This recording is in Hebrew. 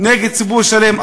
נגד ציבור שלם,